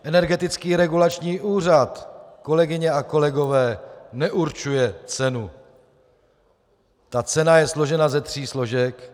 Energetický regulační úřad, kolegyně a kolegové, neurčuje cenu, ta cena je složena ze tří složek.